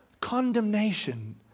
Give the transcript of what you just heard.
condemnation